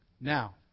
Now